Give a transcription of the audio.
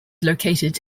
located